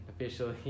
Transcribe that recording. officially